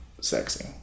sexy